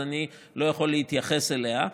אז אני לא יכול להתייחס אליה.